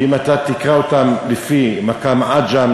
ואם אתה תקרא אותם לפי מקאם עג'ם,